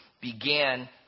began